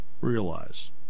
realize